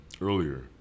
earlier